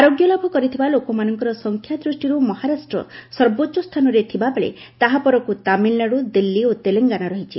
ଆରୋଗ୍ୟ ଲାଭ କରିଥିବା ଲୋକମାନଙ୍କ ସଂଖ୍ୟା ଦୃଷ୍ଟିରୁ ମହାରାଷ୍ଟ ସବୋଚ୍ଚ ସ୍ଥାନରେ ଥିବା ବେଳେ ତାହା ପରକୁ ତାମିଲନାଡ଼ୁ ଦିଲ୍ଲୀ ଓ ତେଲଙ୍ଗାନା ରହିଛି